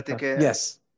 Yes